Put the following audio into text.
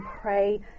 pray